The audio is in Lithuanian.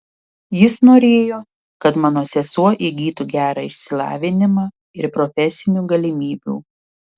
jis norėjo kad mano sesuo įgytų gerą išsilavinimą ir profesinių galimybių